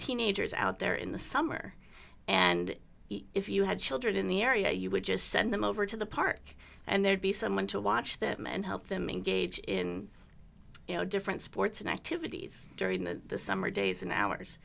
teenagers out there in the summer and if you had children in the area you would just send them over to the park and there'd be someone to watch them and help them engage in you know different sports and activities during the summer days and hours